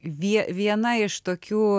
vie viena iš tokių